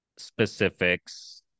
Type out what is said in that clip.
specifics